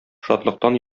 шатлыктан